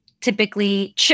typically